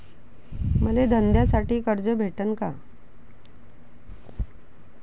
मले धंद्यासाठी कर्ज भेटन का?